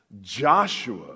Joshua